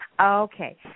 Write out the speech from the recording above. Okay